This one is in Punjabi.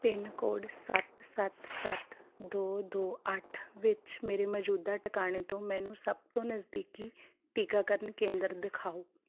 ਪਿੰਨ ਕੋਡ ਸੱਤ ਸੱਤ ਸੱਤ ਦੋ ਦੋ ਅੱਠ ਵਿੱਚ ਮੇਰੇ ਮੌਜੂਦਾ ਟਿਕਾਣੇ ਤੋਂ ਮੈਨੂੰ ਸਭ ਤੋਂ ਨਜ਼ਦੀਕੀ ਟੀਕਾਕਰਨ ਕੇਂਦਰ ਦਿਖਾਓ